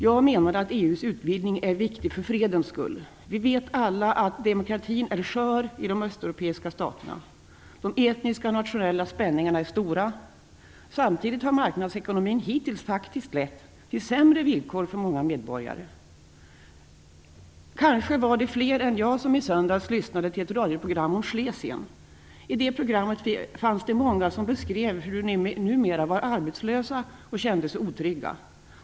Jag menar att EU:s utvidgning är viktig för fredens skull. Vi vet alla att demokratin i de östeuropeiska staterna är skör. De etniska och nationella spänningarna är stora. Samtidigt har marknadsekonomin hittills faktiskt lett till sämre villkor för många medborgare. Kanske var det fler än jag som i söndags lyssnade till ett radioprogram om Schlesien. I det programmet fanns det många som beskrev hur de numera var arbetslösa och kände sig otrygga.